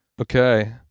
Okay